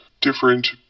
different